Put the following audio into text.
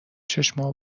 چشامو